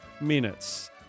minutes